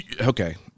okay